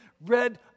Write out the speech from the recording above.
red